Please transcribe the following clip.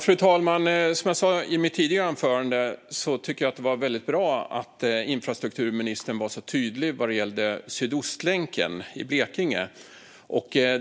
Fru talman! Som jag sa i mitt tidigare anförande var det bra att infrastrukturministern var tydlig vad gäller Sydostlänken i Blekinge.